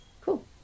Cool